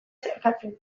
zeharkatzen